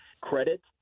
credit –